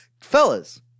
fellas